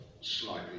slightly